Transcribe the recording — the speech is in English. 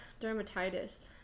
Dermatitis